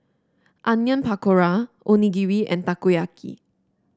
Onion Pakora Onigiri and Takoyaki